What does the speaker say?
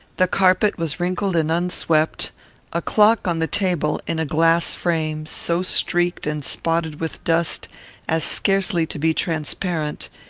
the carpet was wrinkled and unswept a clock on the table, in a glass frame, so streaked and spotted with dust as scarcely to be transparent,